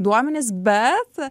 duomenys bet